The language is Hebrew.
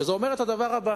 שזה אומר את הדבר הזה: